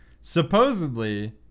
supposedly